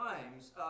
times